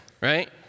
right